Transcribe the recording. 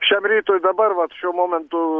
šiam rytui dabar vat šiuo momentu